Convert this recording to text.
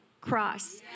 cross